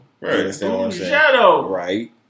Right